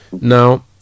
Now